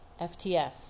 FTF